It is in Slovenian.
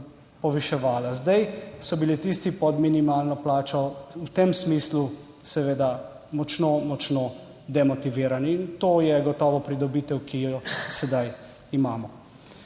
poviševala, zdaj so bili tisti pod minimalno plačo v tem smislu seveda močno demotivirani in to je gotovo pridobitev, ki jo sedaj imamo.